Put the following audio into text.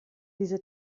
diese